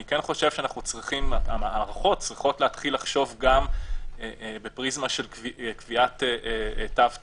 אני כן חושב שהמערכות צריכות להתחיל לחשוב גם בפריזמה של קביעת תו תקן,